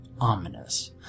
ominous